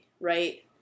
right